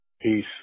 Peace